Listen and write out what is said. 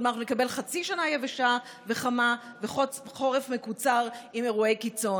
כלומר נקבל חצי שנה יבשה וחמה וחורף מקוצר עם אירועי קיצון.